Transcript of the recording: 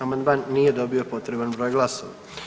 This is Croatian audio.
Amandman nije dobio potreban broj glasova.